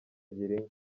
girinka